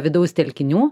vidaus telkinių